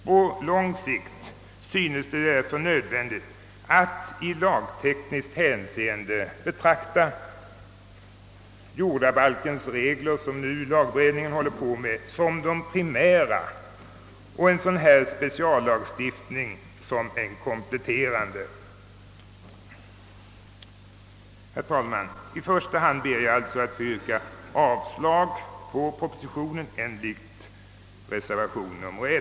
På lång sikt synes det därför nödvändigt att i lagtekniskt hänseende betrakta jordabalkens regler, som lagberedningen nu arbetar med, som de primära och denna lagstiftning som en kompletterande. Herr talman! I första hand ber jag att få yrka avslag på propositionen enligt reservationen I.